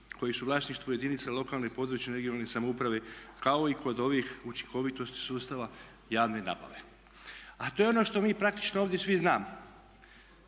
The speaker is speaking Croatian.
koji su u vlasništvu jedinica lokalne i područne (regionalne) samouprave kao i kod ovih učinkovitosti sustava javne nabave, a to je ono što mi praktično ovdje svi znamo.